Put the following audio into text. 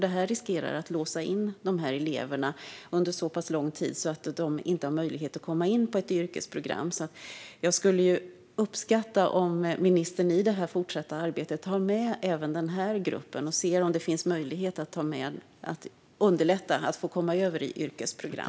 Detta riskerar att låsa in dessa elever under så pass lång tid att de inte har möjlighet att komma in på ett yrkesprogram. Jag skulle uppskatta om ministern i det fortsatta arbetet har med även den gruppen och tittar på om det finns möjlighet att underlätta för dem att komma över i yrkesprogram.